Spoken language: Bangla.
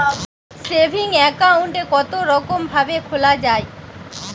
সেভিং একাউন্ট কতরকম ভাবে খোলা য়ায়?